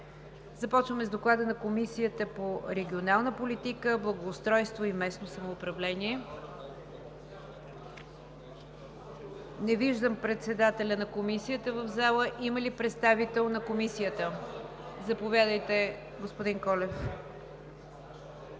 Започваме с Доклада на Комисията по регионална политика, благоустройство и местно самоуправление. Не виждам председателя на Комисията в залата. Има ли представител на Комисията? Заповядайте, господин Колев.